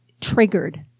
triggered